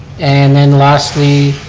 and then lastly,